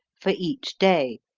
for each day,